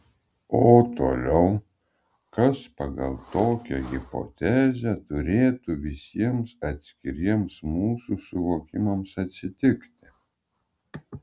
o toliau kas pagal tokią hipotezę turėtų visiems atskiriems mūsų suvokimams atsitikti